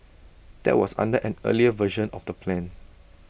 that was under an earlier version of the plan